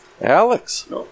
Alex